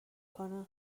کنه